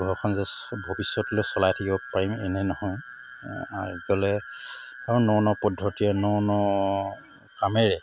ঘৰখন যে ভৱিষ্যতলৈ চলাই থাকিব পাৰিম এনে নহয় ইফালে আৰু ন ন পদ্ধতিয়ে ন ন কামেৰে